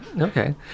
Okay